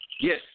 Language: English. Yes